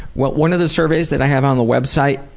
well one of the surveys that i have on the website,